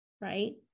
right